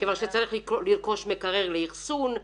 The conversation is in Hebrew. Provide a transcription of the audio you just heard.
כיוון שצריך לרכוש מקרר לאחסון,